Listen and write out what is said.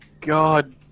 God